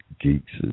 geeks